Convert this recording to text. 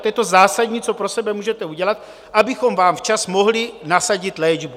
To je to zásadní, co pro sebe můžete udělat, abychom vám včas mohli nasadit léčbu.